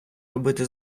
робити